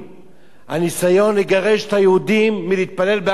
הניסיון לגרש את היהודים מלהתפלל בהר-הזיתים,